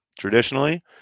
Traditionally